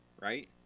right